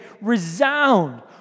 resound